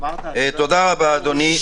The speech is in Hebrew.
תודה רבה, אדוני.